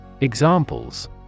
Examples